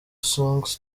songs